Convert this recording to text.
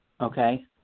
Okay